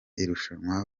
irushanwa